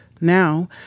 Now